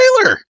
trailer